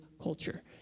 culture